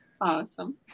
Awesome